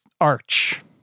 arch